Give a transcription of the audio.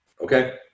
okay